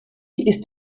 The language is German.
ist